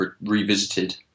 revisited